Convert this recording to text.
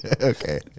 Okay